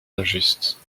injuste